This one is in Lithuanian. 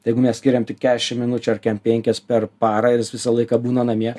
jeigu mes skiriame tik keturiasdešimt minučių ar keturiasdešimt penkias per parą ir jis visą laiką būna namie